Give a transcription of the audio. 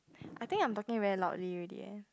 I think I am talking very loudly already eh